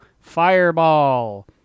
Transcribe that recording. Fireball